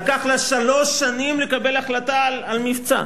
לקח לה שלוש שנים לקבל החלטה על מבצע.